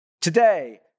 Today